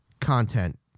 content